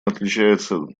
отмечается